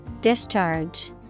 Discharge